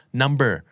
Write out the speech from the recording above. number